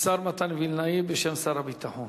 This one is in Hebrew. השר מתן וילנאי, בשם שר הביטחון.